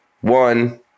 one